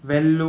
వెళ్ళు